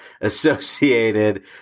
associated